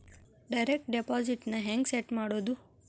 Direct deposit ನ ಹೆಂಗ್ set ಮಾಡೊದು?